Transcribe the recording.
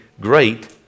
great